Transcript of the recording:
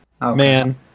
Man